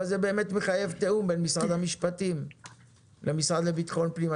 אבל זה באמת מחייב תיאום בין משרד המשפטים למשרד לביטחון פנים.